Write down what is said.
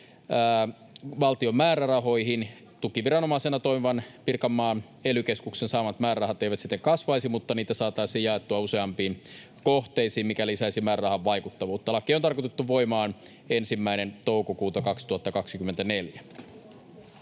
valtion määrärahoihin. Tukiviranomaisena toimivan Pirkanmaan ely-keskuksen saamat määrärahat eivät siten kasvaisi, mutta niitä saataisiin jaettua useampiin kohteisiin, mikä lisäisi määrärahan vaikuttavuutta. Laki on tarkoitettu tulemaan voimaan 1. toukokuuta 2024.